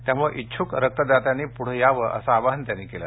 त्यामुळे इच्छुक रक्तदात्यांनी पुढे यावे असं आवाहन त्यांनी केलं